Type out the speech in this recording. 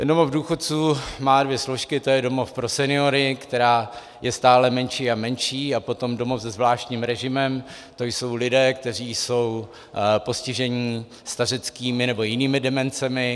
Domov důchodců má dvě složky, to je domov pro seniory, která je stále menší a menší, a potom domov se zvláštním režimem, to jsou lidé, kteří jsou postiženi stařeckými nebo jinými demencemi.